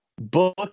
Book